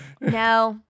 No